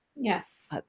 Yes